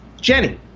Jenny